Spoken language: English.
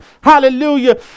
hallelujah